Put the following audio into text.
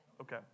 Okay